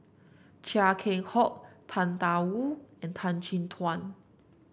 Chia Keng Hock Tang Da Wu and Tan Chin Tuan